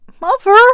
mother